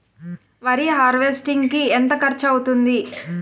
వరి హార్వెస్టింగ్ కి ఎంత ఖర్చు అవుతుంది?